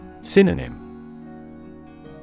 Synonym